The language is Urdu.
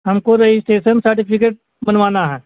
ہم کو رجسٹریسن سرٹیفکیٹ بنوانا ہے